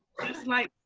it's like,